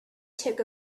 took